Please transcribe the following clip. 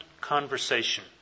conversation